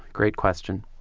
great question.